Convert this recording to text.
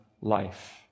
life